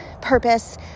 purpose